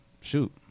shoot